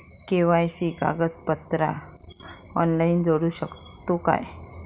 KYC कागदपत्रा online जोडू शकतू का?